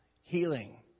healing